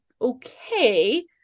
okay